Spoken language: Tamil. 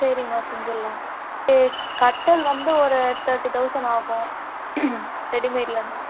சரிம்மா செஞ்சுர்லாம் க கட்டில் வந்து ஒரு தேர்ட்டி தௌசண்ட் ஆகும் ரெடிமேட்லேன்னா